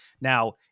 Now